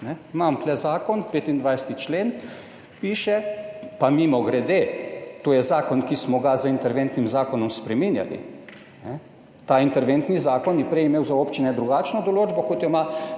Imam tu zakon, 25. člen, piše pa, mimogrede, to je zakon, ki smo ga z interventnim zakonom spreminjali, ta interventni zakon je prej imel za občine drugačno določbo kot jo ima